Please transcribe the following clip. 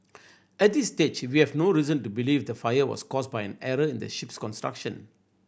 at this stage we have no reason to believe the fire was caused by an error in the ship's construction